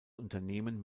unternehmen